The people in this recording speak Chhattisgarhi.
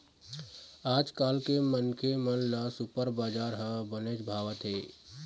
आजकाल के मनखे मन ल सुपर बजार ह बनेच भावत हे